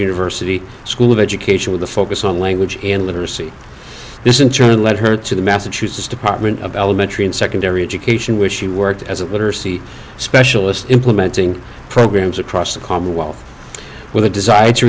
university school of education with a focus on language and literacy this in turn led her to the massachusetts department of elementary and secondary education which she worked as a specialist implementing programs across the commonwealth with a desire to